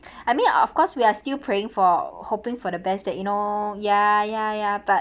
I mean of course we are still praying for hoping for the best that you know ya ya ya but